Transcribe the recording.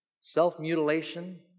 Self-mutilation